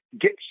get